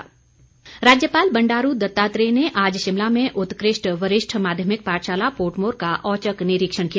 राज्यपाल राज्यपाल बंडारू दत्तात्रेय ने आज शिमला में उत्कृष्ट वरिष्ठ माध्यमिक पाठशाला पोर्टमोर का औचक निरीक्षण किया